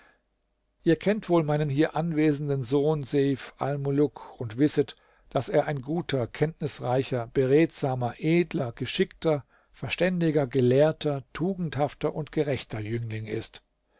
ich kennt wohl meinen hier anwesenden sohn seif almuluk und wisset daß er ein guter kenntnisreicher beredsamer edler geschickter verständiger gelehrter tugendhafter und gerechter jüngling ist